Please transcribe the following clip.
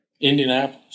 Indianapolis